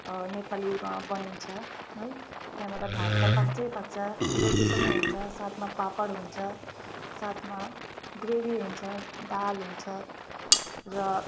नेपालीमा बनिन्छ है त्यहाँबाट भात त पाक्छै पाक्छ रोटी पनि हुन्छ साथमा पापड हुन्छ साथमा ग्रेभी हुन्छ दाल हुन्छ र